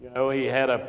know, he had ah